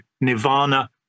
nirvana